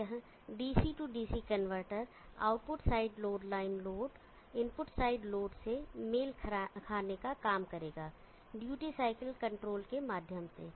तो यह DC DC converter output side load line load input side load से मेल खाने का काम करेगा ड्यूटी साइकिल कंट्रोल के माध्यम से